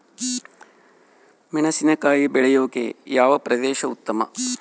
ಮೆಣಸಿನಕಾಯಿ ಬೆಳೆಯೊಕೆ ಯಾವ ಪ್ರದೇಶ ಉತ್ತಮ?